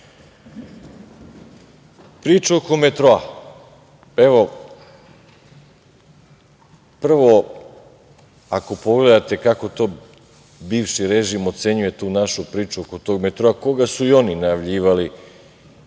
sada. Priča oko metroa. Prvo, ako pogledate kako bivši režim ocenjuje tu našu priču oko metroa, a koga su i oni najavljivali